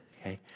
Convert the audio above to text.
Okay